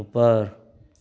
ऊपर